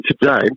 today